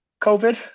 COVID